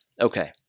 Okay